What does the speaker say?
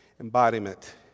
Embodiment